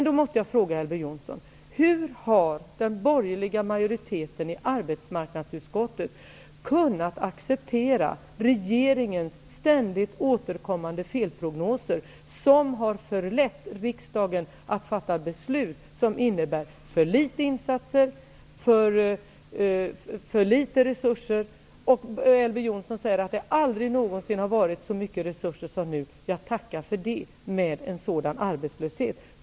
Då måste jag fråga Elver Jonsson: Hur har den borgerliga majoriteten i arbetsmarknadsutskottet kunnat acceptera regeringens ständigt återkommande felprognoser, som har förlett riksdagen att fatta beslut som innebär för litet insatser, för litet resurser? Elver Jonsson säger att det aldrig någonsin har funnits så mycket resurser som nu. Jag tackar för det, med den arbetslöshet som vi har.